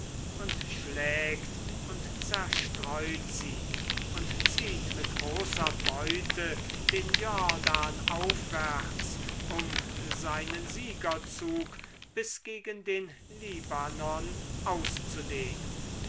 siddim schlägt und zerstreut sie und zieht mit großer beute den jordan aufwärts um seinen siegerzug bis gegen den libanon auszudehnen